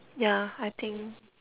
yeah I think